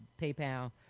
PayPal